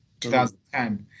2010